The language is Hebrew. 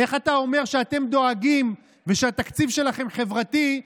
איך אתה אומר שאתם דואגים ושהתקציב שלכם חברתי,